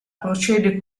procede